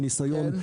מניסיון,